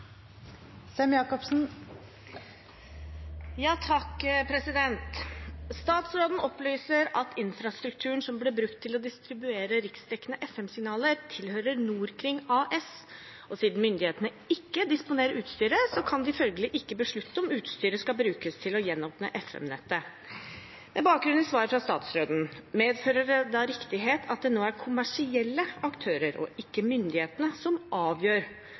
å distribuere riksdekkende FM-signaler, tilhører Norkring AS, og siden myndighetene ikke disponerer utstyret, så kan de følgelig ikke beslutte om utstyret skal brukes til å gjenåpne FM-nettet. Med bakgrunn i svaret fra statsråden - medfører det da riktighet at det nå er kommersielle aktører og ikke myndighetene som avgjør